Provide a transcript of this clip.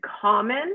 common